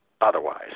otherwise